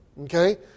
Okay